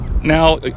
Now